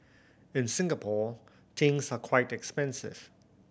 in Singapore things are quite expensive